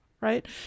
right